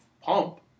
pump